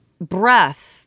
breath